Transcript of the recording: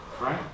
Right